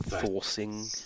forcing